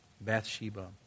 Bathsheba